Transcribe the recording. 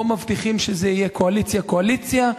פה מבטיחים שזה יהיה קואליציה קואליציה,